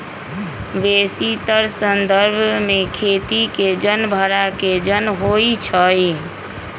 बेशीतर संदर्भ में खेती के जन भड़ा के जन होइ छइ